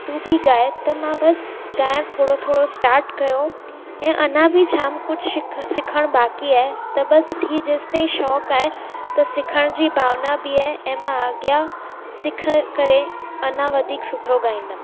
तूं बि ॻाए त मां त मां बसि ॻाएण थोरो थोरो स्टार्ट कयो ऐं अञा बि जाम कुझु शि सिखण बाक़ी आहे त बसि हीअ जेसि ताईं शौंक़ु आहे त सिखण जी भावना बि आहे ऐं मां अॻियां सिख करे अञा वधीक सुठो ॻाईंदमि